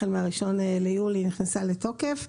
החל מה-1 ביולי נכנסה לתוקף.